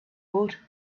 would